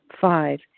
five